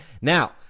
Now